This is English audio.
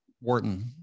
Wharton